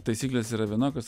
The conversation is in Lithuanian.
taisyklės yra vienokios